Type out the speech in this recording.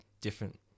different